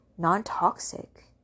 Non-toxic